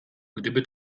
gdyby